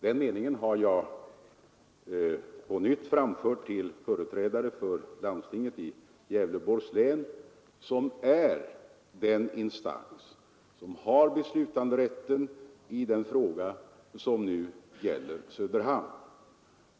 Den meningen har jag på nytt framfört till företrädare för landstinget i Gävleborgs län som är den instans som har beslutanderätten i den fråga som nu gäller Söderhamn.